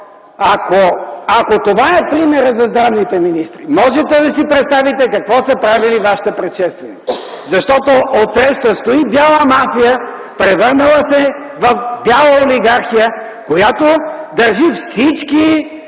Ако това е примерът за здравните министри, можете да си представите какво са правили Вашите предшественици, защото отсреща стои бяла мафия, превърнала се в бяла олигархия, която държи всички